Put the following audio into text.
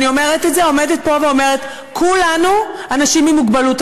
אני עומדת פה ואומרת: כולנו פה אנשים עם מוגבלות.